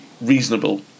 reasonable